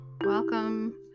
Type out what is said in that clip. Welcome